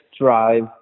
drive